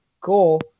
Cool